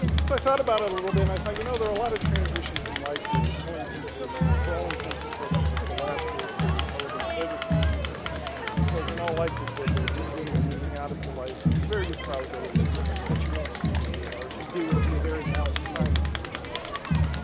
so, i thought about it a little bit and i thought, you know, there are a lot of transitions in life where you're telling people for all intents and purposes the last words they will probably ever hear from you because in all likelihood, they're leaving, they're moving out of your life and it's a very good probability that you won't see them again or if you do, it'll be a very long time before you see them again.